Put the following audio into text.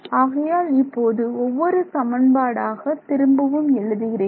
ஆகையால் இப்போது ஒவ்வொரு சமன்பாடு ஆக திரும்பவும் எழுதுகிறேன்